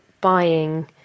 buying